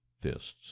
fists